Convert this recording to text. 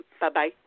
Bye-bye